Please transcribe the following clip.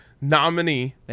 nominee